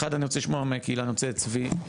א' אני רוצה לשמוע אותך צבי,